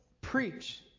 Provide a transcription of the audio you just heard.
preach